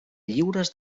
lliures